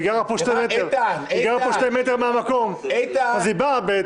היא גרה פה שתי מטר מהמקום אז היא באה.